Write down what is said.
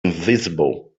invisible